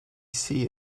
see